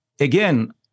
Again